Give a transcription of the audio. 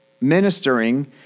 ministering